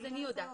מי יעשה אותו?